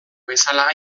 bezala